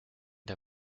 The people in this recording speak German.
der